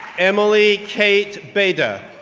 emily kate bader,